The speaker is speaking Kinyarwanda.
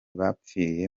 bapfiriye